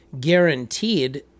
guaranteed